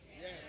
Yes